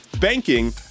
banking